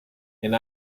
and